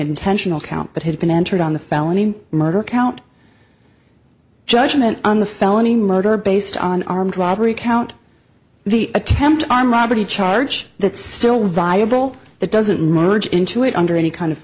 intentional count but had been entered on the felony murder count judgment on the felony murder based on armed robbery count the attempt on robbery charge that still viable that doesn't merge into it under any kind of